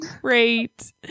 Great